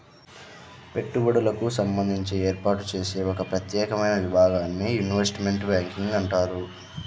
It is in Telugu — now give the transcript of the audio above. పెట్టుబడులకు సంబంధించి ఏర్పాటు చేసే ఒక ప్రత్యేకమైన విభాగాన్ని ఇన్వెస్ట్మెంట్ బ్యాంకింగ్ అంటారు